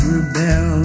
Rebel